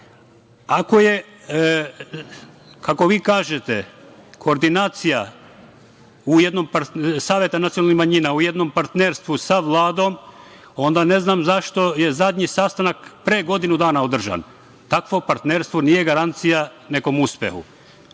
Ako je, kako vi kažete, kordinacija saveta nacionalnih manjina u jednom partnerstvu sa Vladom onda ne znam zašto je zadnji sastanak pre godinu dana održan. Takvo partnerstvo nije garancija nekom uspehu.